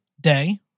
day